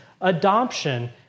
adoption